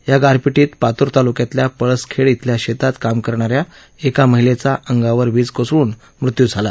या गारपिटीत पातूर तालुक्यातल्या पळसखेड इथल्या शेतात काम करणाऱ्या एका महिलेचा अंगावर वीज कोसळून मृत्यू झाला